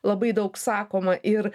labai daug sakoma ir